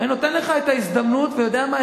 אני נותן לך את ההזדמנות, ואתה יודע מה?